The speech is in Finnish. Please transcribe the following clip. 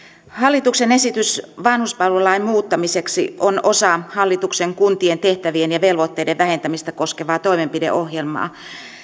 hallituksen esitys vanhuspalvelulain muuttamiseksi on osa hallituksen kuntien tehtävien ja velvoitteiden vähentämistä koskevaa toimenpideohjelmaa